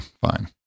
Fine